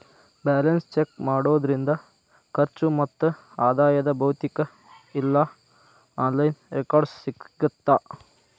balance check ಮಾಡೋದ್ರಿಂದ ಖರ್ಚು ಮತ್ತ ಆದಾಯದ್ ಭೌತಿಕ ಇಲ್ಲಾ ಆನ್ಲೈನ್ ರೆಕಾರ್ಡ್ಸ್ ಸಿಗತ್ತಾ